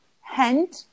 hand